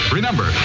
Remember